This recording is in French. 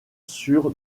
sur